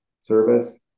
service